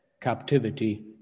captivity